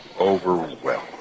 overwhelmed